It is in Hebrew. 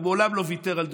הוא מעולם לא ויתר על דעותיו,